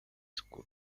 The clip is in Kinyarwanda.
school